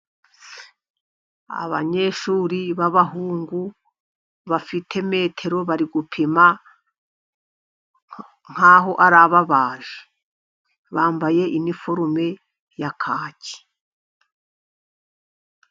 Abanyeshuri b'abahungu bafite metero, bari gupima nk'aho ari ababaji. Bambaye iniforume ya kaki.